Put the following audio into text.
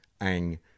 Ang